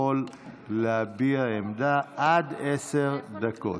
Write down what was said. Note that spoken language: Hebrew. יכול להביע עמדה עד עשר דקות.